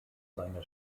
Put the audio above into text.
seine